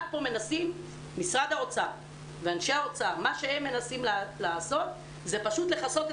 רק פה אנשי משרד האוצר מנסים לכסות את